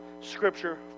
scripture